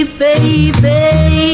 baby